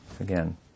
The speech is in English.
Again